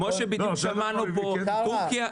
כמו ששמענו פה, טורקיה,